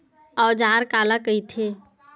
औजार काला कइथे?